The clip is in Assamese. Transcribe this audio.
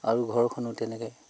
আৰু ঘৰখনো তেনেকৈ